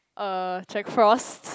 uh Jack-Frost